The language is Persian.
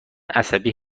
عصبی